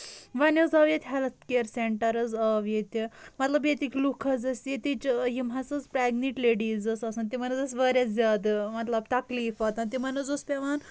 وۄنۍ حظ آو ییٚتہِ ہیٚلتھ کِیر سیٚنٛٹر حظ آو ییٚتہِ مطلب ییٚتِکۍ لُکھ حظ ٲسۍ ییتِچ یِم ہسا پریگنینٹ لیڑیٖز ٲسۍ آسان تِمن حظ ٲس واریاہ زیادٕ مطلب تَکلیٖف واتان تِمن حظ اوس پیوان